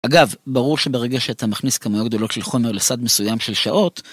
אגב, ברור שברגע שאתה מכניס כמויות גדולות של חומר לסד מסוים של שעות,